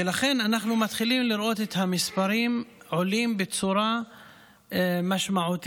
ואנחנו מתחילים לראות את המספרים עולים בצורה משמעותית.